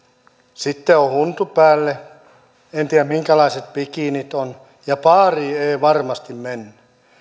sitten huntu päälle en tiedä minkälaiset bikinit ovat ja baariin ei ei varmasti mennä